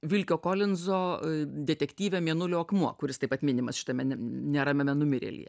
vilkio kolinzo detektyvę mėnulio akmuo kuris taip pat minimas šitame neramiame numirėlyje